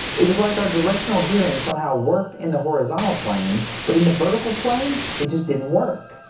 it was like our directional hearing somehow worked in the horizontal plane but in the vertical plane it just didn't work.